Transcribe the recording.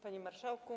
Panie Marszałku!